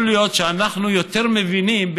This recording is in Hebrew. יכול להיות שאנחנו יותר מבינים,